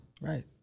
Right